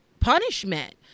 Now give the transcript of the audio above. punishment